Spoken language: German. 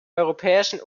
europäischen